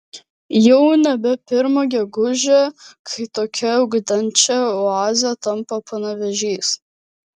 jau nebe pirma gegužė kai tokia ugdančia oaze tampa panevėžys